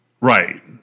Right